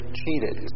cheated